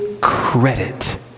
credit